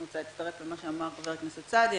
אני רוצה להצטרף למה שאמר חבר הכנסת סעדי.